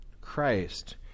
Christ